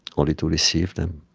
only to receive them